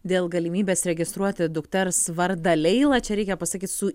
dėl galimybės registruoti dukters vardą leila čia reikia pasakyti su